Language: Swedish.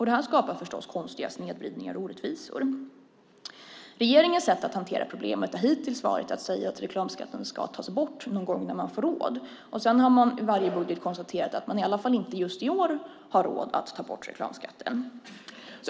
Detta skapar förstås konstiga snedvridningar och orättvisor. Regeringens sätt att hantera problemet har hittills varit att säga att reklamskatten ska tas bort någon gång när man får råd. Sedan har man i varje budget konstaterat att man i alla fall inte "just i år" har råd att ta bort reklamskatten.